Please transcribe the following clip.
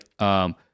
right